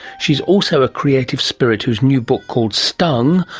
she is also a creative spirit whose new book called stung!